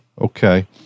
Okay